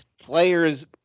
players